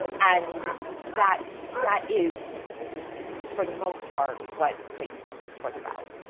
and that that is for the most part what facebook was about.